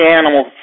animal